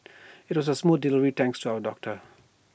IT was A smooth delivery thanks to our doctor